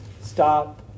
stop